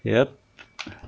yup